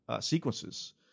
sequences